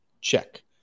Check